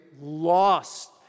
lost